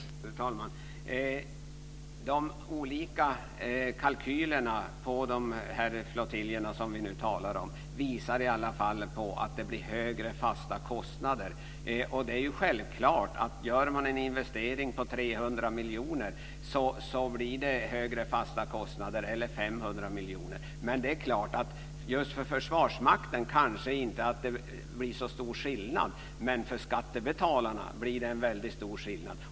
Fru talman! De olika kalkylerna för de flottiljer som vi nu talar om visar i alla fall att det blir högre fasta kostnader. Gör man en investering på 300 eller 500 miljoner, blir det självklart högre fasta kostnader. Just för Försvarsmakten blir det kanske inte så stor skillnad men för skattebetalarna blir det en väldigt stor skillnad.